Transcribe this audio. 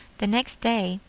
the next day,